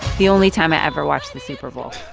the only time i ever watched the super bowl